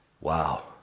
Wow